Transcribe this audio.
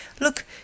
Look